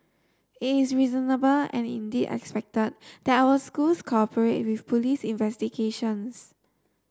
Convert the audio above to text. it is reasonable and indeed expected that our schools cooperate with police investigations